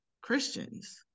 christians